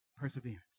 Perseverance